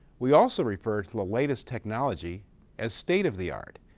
we also refer to the latest technology as state of the art,